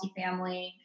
multifamily